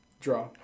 Draw